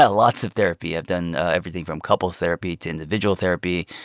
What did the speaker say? ah lots of therapy. i've done everything from couples therapy to individual therapy.